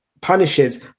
punishes